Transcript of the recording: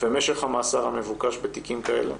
ומשך המאסר המבוקש בתיקים כאלה,